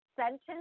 sentence